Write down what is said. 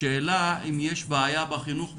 השאלה אם יש בעיה בחינוך בנגב?